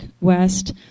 West